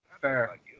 Fair